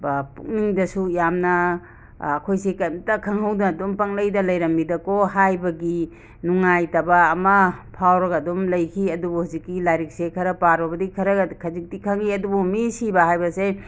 ꯄꯨꯛꯅꯤꯡꯗꯁꯨ ꯌꯥꯝꯅ ꯑꯩꯈꯣꯏꯁꯦ ꯀꯦꯝꯇ ꯈꯪꯍꯧꯗꯅ ꯑꯗꯨꯝ ꯄꯪꯂꯩꯇ ꯂꯩꯔꯝꯃꯤꯗꯀꯣ ꯍꯥꯏꯕꯒꯤ ꯅꯨꯡꯉꯥꯏꯇꯕ ꯑꯃ ꯐꯥꯎꯔꯒ ꯑꯗꯨꯝ ꯂꯩꯈꯤ ꯑꯗꯨꯕꯨ ꯍꯧꯖꯤꯛꯇꯤ ꯂꯥꯏꯔꯤꯛꯁꯦ ꯈꯔ ꯄꯥꯔꯨꯕꯗꯒꯤ ꯈꯔꯒ ꯈꯖꯤꯛꯇꯤ ꯈꯪꯉꯤ ꯑꯗꯨꯕꯨ ꯃꯤ ꯁꯤꯕ ꯍꯥꯏꯅꯕꯁꯦ